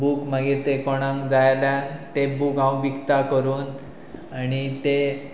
book मागीर ते कोणाक जाय जाल्यार ते बूक हांव विकता करून आनी ते